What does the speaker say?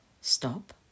Stop